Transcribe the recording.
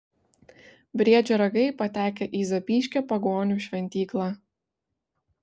briedžio ragai patekę į zapyškio pagonių šventyklą